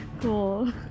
Cool